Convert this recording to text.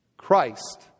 Christ